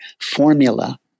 formula